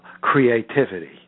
creativity